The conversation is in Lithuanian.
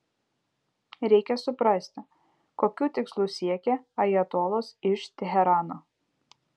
reikia suprasti kokių tikslų siekia ajatolos iš teherano